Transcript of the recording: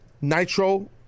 Nitro